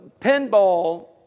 pinball